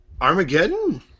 Armageddon